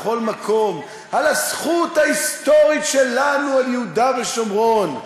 בכל מקום על הזכות ההיסטורית שלנו על יהודה ושומרון,